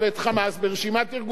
"חיזבאללה" עד היום לא שם,